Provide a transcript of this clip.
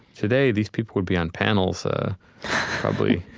today these people would be on panels probably,